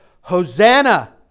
Hosanna